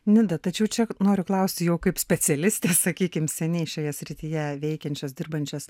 nid tačiau čia noriu klausti jau kaip specialistės sakykim seniai šioje srityje veikiančios dirbančios